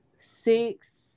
six